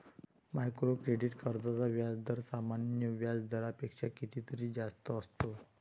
micro credit कर्जांचा व्याजदर सामान्य व्याज दरापेक्षा कितीतरी जास्त असतो